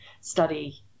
study